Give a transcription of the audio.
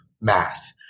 math